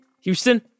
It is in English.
Houston